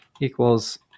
equals